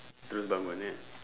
terus bangun kan